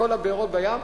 בכל הבארות בים,